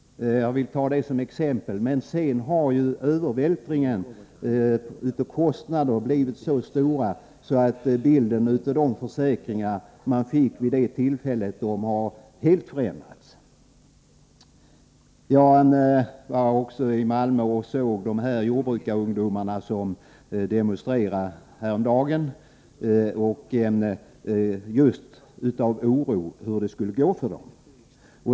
Jag vill ta detta som exempel. Sedan har övervältringen av kostnader blivit så stor att bilden av de försäkringar bönderna fick vid det tillfället helt har förändrats. Jag var också i Malmö och såg när jordbrukarungdomarna demonstrerade häromdagen av oro för hur det skulle gå för dem.